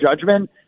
judgment